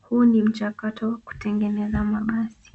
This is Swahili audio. Huu ni mchakato wa kutengeneza mabasi.